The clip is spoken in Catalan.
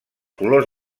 colors